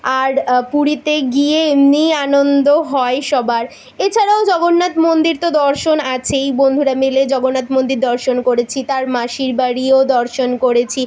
আর পুরীতে গিয়ে এমনিই আনন্দ হয় সবার এছাড়াও জগন্নাথ মন্দির তো দর্শন আছেই বন্ধুরা মিলে জগন্নাথ মন্দির দর্শন করেছি তার মাসির বাড়িও দর্শন করেছি